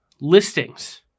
Listings